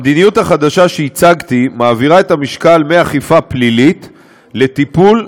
המדיניות החדשה שהצגתי מעבירה את המשקל מאכיפה פלילית לטיפול,